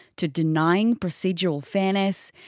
to denying procedural fairness,